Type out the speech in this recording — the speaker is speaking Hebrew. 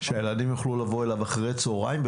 שהילדים יוכלו לבוא אליו אחר הצוהריים,